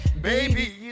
baby